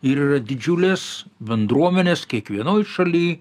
ir yra didžiulės bendruomenės kiekvienoj šaly